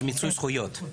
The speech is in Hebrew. על מיצוי זכויות.